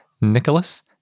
Nicholas